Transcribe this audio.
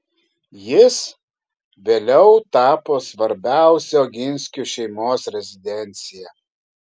jis vėliau tapo svarbiausia oginskių šeimos rezidencija